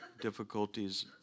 difficulties